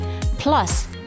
Plus